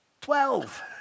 Twelve